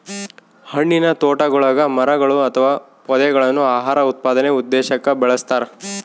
ಹಣ್ಣಿನತೋಟಗುಳಗ ಮರಗಳು ಅಥವಾ ಪೊದೆಗಳನ್ನು ಆಹಾರ ಉತ್ಪಾದನೆ ಉದ್ದೇಶಕ್ಕ ಬೆಳಸ್ತರ